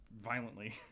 violently